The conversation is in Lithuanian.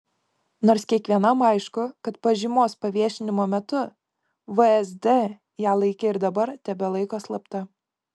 nors kiekvienam aišku kad pažymos paviešinimo metu vsd ją laikė ir dabar tebelaiko slapta